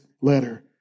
letter